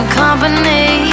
company